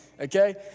okay